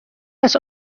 است